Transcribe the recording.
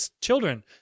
children